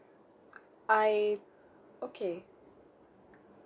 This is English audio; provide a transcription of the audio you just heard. I okay